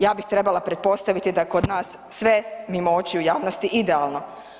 Ja bih trebala pretpostaviti da je kod nas sve mimo očiju javnosti idealno.